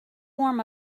form